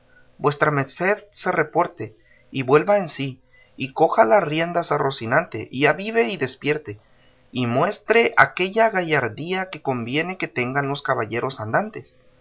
vuestra merced se reporte y vuelva en sí y coja las riendas a rocinante y avive y despierte y muestre aquella gallardía que conviene que tengan los caballeros andantes